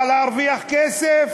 בא להרוויח כסף.